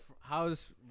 How's